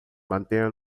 mantenha